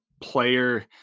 player